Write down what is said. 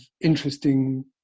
interesting